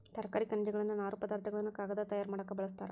ತರಕಾರಿ ಖನಿಜಗಳನ್ನ ನಾರು ಪದಾರ್ಥ ಗಳನ್ನು ಕಾಗದಾ ತಯಾರ ಮಾಡಾಕ ಬಳಸ್ತಾರ